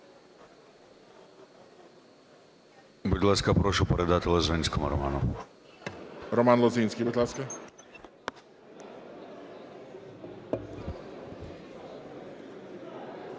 Будь ласка, прошу передати Лозинському Роману. ГОЛОВУЮЧИЙ. Роман Лозинський, будь ласка.